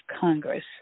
Congress